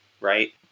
right